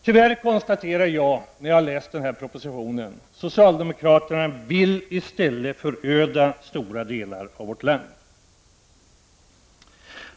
Tyvärr kan jag konstatera, när jag har läst denna proposition, att socialdemokraterna i stället vill föröda stora delar av vårt land.